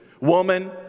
woman